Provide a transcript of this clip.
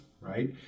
right